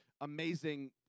amazing